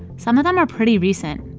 some of them are pretty recent.